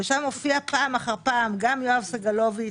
שם הופיעו פעם אחר פעם גם יואב סגלוביץ'